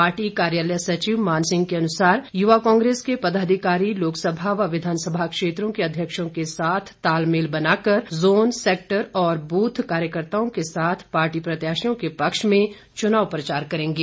party कार्यालय सचिव मान सिंह के अनुसार युवा कांग्रेस के पदाधिकारी लोकसभा व विधानसभा क्षेत्रों के अध्यक्षों के साथ तालमेल बनाकर जोन सैक्टर और बूथ कार्यकर्त्ताओं के साथ पार्टी प्रत्याशियों के पक्ष में प्रचार करेंगे